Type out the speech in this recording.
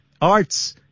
Arts